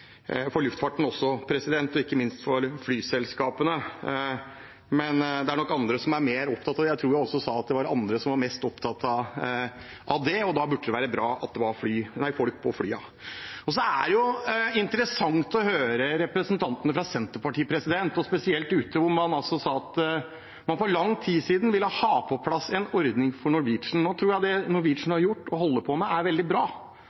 luftfarten og ikke minst for flyselskapene, men det er nok andre som er mer opptatt av det – jeg tror jeg også sa at det er andre som er mest opptatt av det. Da burde det være bra at det er folk på flyene. Det er interessant å høre representantene fra Senterpartiet, og spesielt ute. Man sa altså for lang tid siden at man ville ha på plass en ordning for Norwegian. Jeg tror at det Norwegian har gjort og holder på med, er veldig bra,